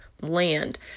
land